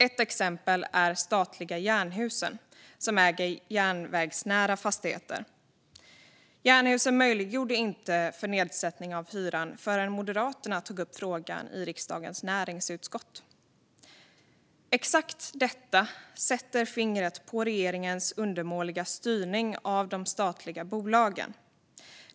Ett exempel är statliga Jernhusen, som äger järnvägsnära fastigheter. Jernhusen möjliggjorde inte nedsättning av hyran förrän Moderaterna tog upp frågan i riksdagens näringsutskott. Exakt detta sätter fingret på regeringens undermåliga styrning av de statliga bolagen.